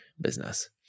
business